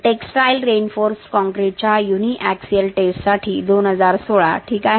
textile reinforced कॉंक्रिटच्या uniaxial test साठी 2016 ठीक आहे